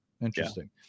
Interesting